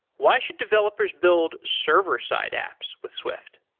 why should developers build server-side apps with swift?